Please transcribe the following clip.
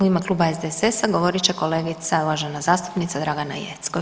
U ime Kluba SDSS-a govorit će kolegica, uvažena zastupnica Dragana Jeckov.